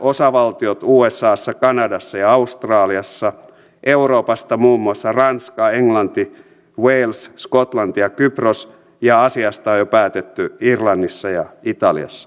eräät osavaltiot usassa kanadassa ja australiassa euroopasta muun muassa ranska englanti wales skotlanti ja kypros ja asiasta on jo päätetty irlannissa ja italiassa